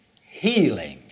healing